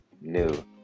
new